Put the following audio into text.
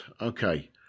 Okay